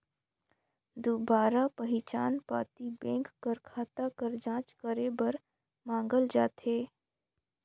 दुबारा पहिचान पाती बेंक कर खाता कर जांच करे बर मांगल जाथे